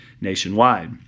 nationwide